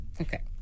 Okay